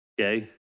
Okay